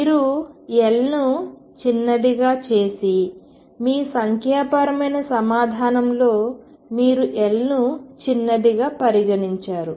మీరు L ను చిన్నదిగా చేసి మీ సంఖ్యాపరమైన సమాధానంలో మీరు L ను చిన్నదిగా పరిగణించారు